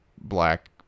black